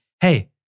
hey